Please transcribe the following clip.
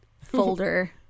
folder